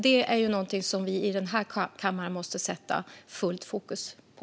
Det är något som vi här i kammaren måste sätta fullt fokus på.